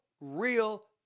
real